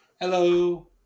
Hello